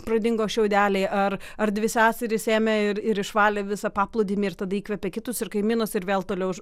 pradingo šiaudeliai ar ar dvi seserys ėmė ir ir išvalė visą paplūdimį ir tada įkvepia kitus ir kaimynus ir vėl toliau